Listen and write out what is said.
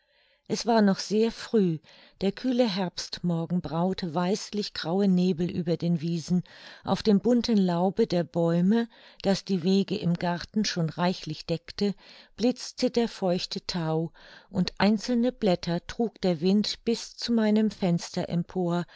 es war noch sehr früh der kühle herbstmorgen braute weißlich graue nebel über den wiesen auf dem bunten laube der bäume das die wege im garten schon reichlich deckte blitzte der feuchte thau und einzelne blätter trug der wind bis zu meinem fenster empor